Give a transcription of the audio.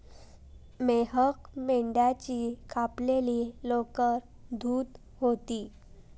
मेहक मेंढ्याची कापलेली लोकर धुत होती